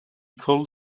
called